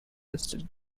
listed